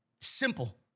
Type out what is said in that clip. simple